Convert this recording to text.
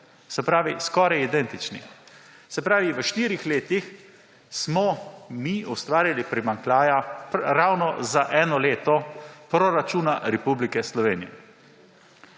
se pravi skoraj identični. Se pravi; v štirih letih smo mi ustvarili primanjkljaj ravno za eno leto proračuna Republike Slovenije.